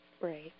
Right